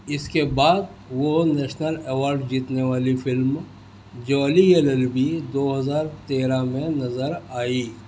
اس کے بعد وہ نیشنل ایوارڈ جیتنے والی film Jolly L L B دو ہزار تیرہ میں نظر آئی